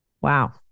Wow